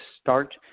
start